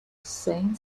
hussain